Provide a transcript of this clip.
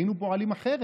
היינו פועלים אחרת.